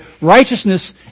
righteousness